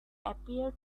appeared